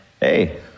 Hey